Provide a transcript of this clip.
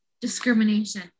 discrimination